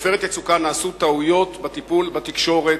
ב"עופרת יצוקה" נעשו טעויות בטיפול בתקשורת,